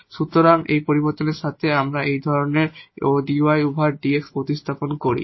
সুতরাং এই পরিবর্তনের সাথে আমরা এই ধরনের dy ওভার dx প্রতিস্থাপন করি